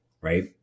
Right